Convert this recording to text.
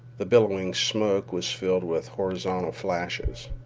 the billowing smoke was filled with horizontal flashes.